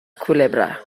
culebra